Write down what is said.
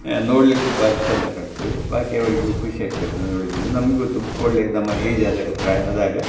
ನೋಡಲಿಕ್ಕು ಭಾರಿ ಚೆಂದ ಕಾಣ್ತದೆ ಬಾಕಿಯವರಿಗೂ ಖುಷಿ ಆಗ್ತದೆ ಅದನ್ನ ನೋಡುವುದರಿಂದ ನಮಗೂ ತು ಒಳ್ಳೆಯ ನಮ್ಮ ಏಜ್ ಆದಾಗ ಪ್ರಾಯ ಆದಾಗ